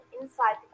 inside